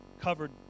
covered